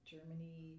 Germany